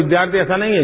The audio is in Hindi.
विद्यार्थी ऐसा नहीं है